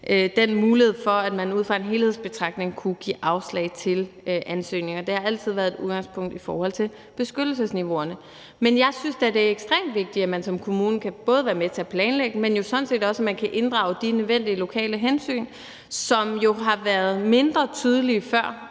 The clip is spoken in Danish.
den mulighed for, at man ud fra en helhedsbetragtning kunne give afslag på ansøgninger. Det har altid været med et udgangspunkt i beskyttelsesniveauerne. Men jeg synes da, det er ekstremt vigtigt, både at man som kommune kan være med til at planlægge, men sådan set også, at man kan inddrage de nødvendige lokale hensyn, som jo har været mindre tydelige før,